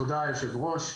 תודה יושב הראש.